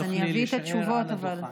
אם תוכלי להישאר על הדוכן.